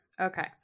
okay